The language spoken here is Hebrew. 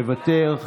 מוותר.